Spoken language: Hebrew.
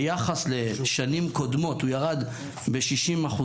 ביחס לשנים קודמות הוא ירד ב-60%,